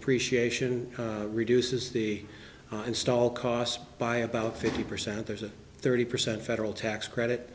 depreciation reduces the install costs by about fifty percent there's a thirty percent federal tax credit